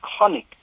iconic